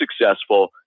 successful